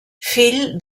fill